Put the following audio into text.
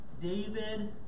David